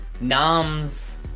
noms